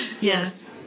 Yes